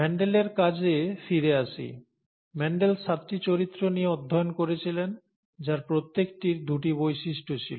মেন্ডেলের কাজে ফিরে আসি মেন্ডেল সাতটি চরিত্র নিয়ে অধ্যায়ন করেছিলেন যার প্রত্যেকটির দুটি বৈশিষ্ট ছিল